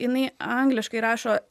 jinai angliškai rašo